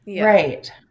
Right